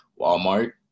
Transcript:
walmart